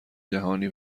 جهانی